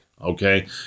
okay